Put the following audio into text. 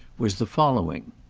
was the following.